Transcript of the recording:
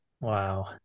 Wow